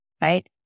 right